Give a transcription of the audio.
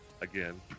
again